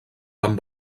amb